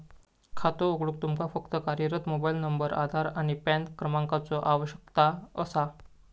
खातो उघडूक तुमका फक्त कार्यरत मोबाइल नंबर, आधार आणि पॅन क्रमांकाचो आवश्यकता असा